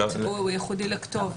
הוא ייחודי לכתובת.